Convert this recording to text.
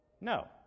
No